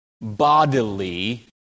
bodily